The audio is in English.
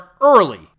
early